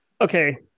Okay